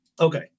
Okay